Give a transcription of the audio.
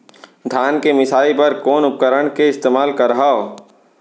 धान के मिसाई बर कोन उपकरण के इस्तेमाल करहव?